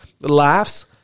laughs